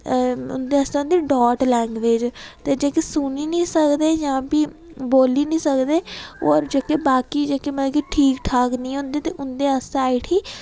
ते उं'दे आस्तै होंदी डाट लैंग्वेज जेह्के सुनी निं सकदे जां प्ही बोल्ली निं सकदे होर जेह्के बाकी जेह्के ठीक ठाक निं होंदे ते उं'दे आस्तै अस आई